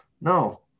No